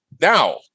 Now